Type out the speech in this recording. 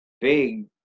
big